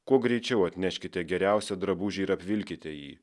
kuo greičiau atneškite geriausią drabužį ir apvilkite jį